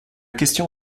question